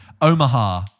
Omaha